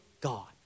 God